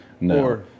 No